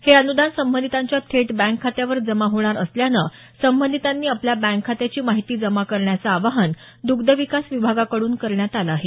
हे अनुदान संबंधितांच्या थेट बँक खात्यावर जमा होणार असल्यानं संबंधितांनी आपल्या बँक खात्याची माहिती जमा करण्याचं आवाहन द्ग्धविकास विभागाकडून करण्यात आलं आहे